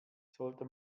sollte